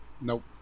Nope